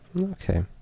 Okay